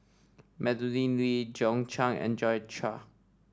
Madeleine Lee John Clang and Joi Chua